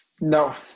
No